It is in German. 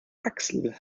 axel